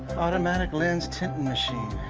automatic lens tinting machine.